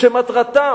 שמטרתן